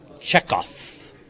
Chekhov